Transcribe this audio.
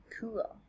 cool